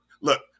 look